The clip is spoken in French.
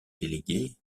déléguée